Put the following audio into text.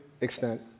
extent